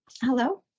Hello